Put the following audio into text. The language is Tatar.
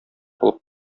алып